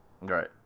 Right